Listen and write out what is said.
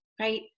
right